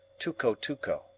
Tuco-Tuco